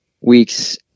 weeks